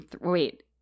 wait